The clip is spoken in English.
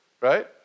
Right